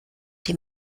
die